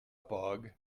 bug